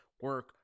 Work